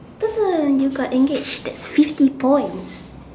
you got engaged that's fifty points